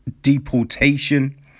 deportation